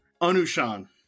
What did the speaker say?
anushan